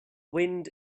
wind